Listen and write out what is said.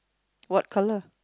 what colour